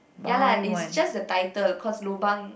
ya lah it's just the title cause lobang